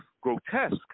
grotesque